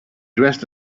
dressed